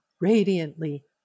radiantly